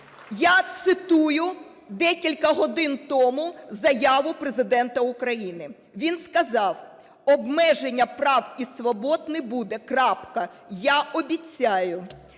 Я цитую декілька годин тому заяву Президента України. Він сказав: "Обмеження прав і свобод не буде. Крапка. Я обіцяю".